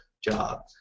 job